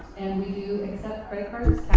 and we do accept credit cards,